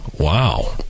Wow